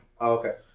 Okay